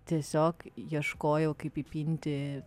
tiesiog ieškojau kaip įpinti